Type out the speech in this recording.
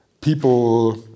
people